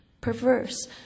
perverse